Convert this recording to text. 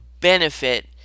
benefit